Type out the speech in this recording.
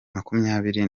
makumyabiri